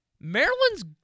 Maryland's